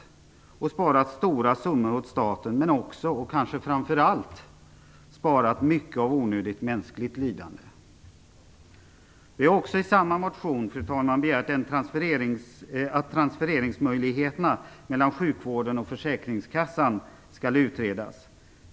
Man hade sparat stora summor åt staten men också, och kanske framför allt, besparat mycket onödigt mänskligt lidande. Vi har också, fru talman, i samma motion begärt att transfereringsmöjligheterna mellan sjukvården och försäkringskassan skall utredas.